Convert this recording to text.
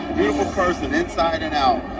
beautiful person inside and out.